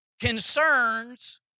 concerns